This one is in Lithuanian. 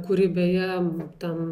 kuri beje ten